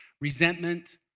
resentment